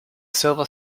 silver